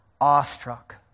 awestruck